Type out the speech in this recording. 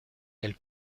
elle